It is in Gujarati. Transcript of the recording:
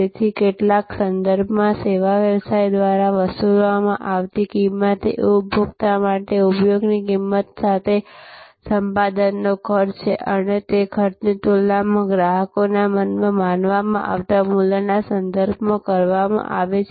તેથી કેટલાક સંદર્ભમાં સેવા વ્યવસાય દ્વારા વસૂલવામાં આવતી કિંમત એ ઉપભોક્તા માટે ઉપયોગની કિંમત સાથે સંપાદનનો ખર્ચ છે અને તે ખર્ચની તુલના ગ્રાહકોના મનમાં માનવામાં આવતા મૂલ્યના સંદર્ભમાં કરવામાં આવે છે